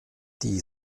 die